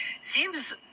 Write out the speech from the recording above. seems